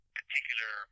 particular